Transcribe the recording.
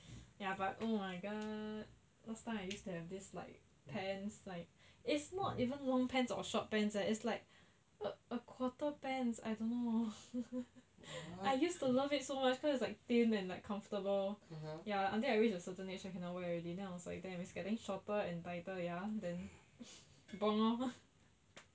ya but oh my god last time I used to have this like pants like it's not even long pants or short pants eh it's like a a quarter pants I don't know I used to love it so much cause it's like thin and like comfortable ya until I reached a certain age then I cannot wear already then I was like damn it's getting shorter and tighter ya then